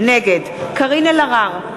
נגד קארין אלהרר,